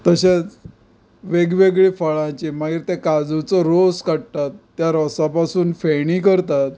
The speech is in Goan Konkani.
तशेंच वेगवेगळीं फळांची मागीर ते काजूचो रोस काडटात त्या रोसा पसून फेणी करतात